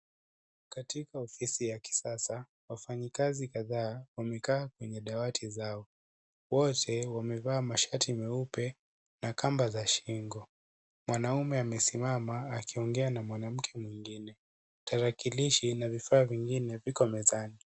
Katika ofisi ya kisasa, wafanyikazi kadhaa wamekaa kwenye dawati zao. Wote wamevaa mashati meupe na kamba za shingo. Mwanaume amesimama akiongea na mwanamke mwingine. Tarakilishi na vifaa vingine viko mezani.